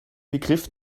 begriff